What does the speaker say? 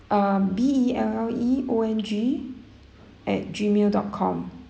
um B E L L E O N G at gmail dot com